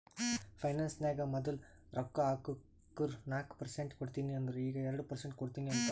finance ನಾಗ್ ಮದುಲ್ ರೊಕ್ಕಾ ಹಾಕುರ್ ನಾಕ್ ಪರ್ಸೆಂಟ್ ಕೊಡ್ತೀನಿ ಅಂದಿರು ಈಗ್ ಎರಡು ಪರ್ಸೆಂಟ್ ಕೊಡ್ತೀನಿ ಅಂತಾರ್